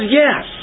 yes